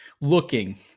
looking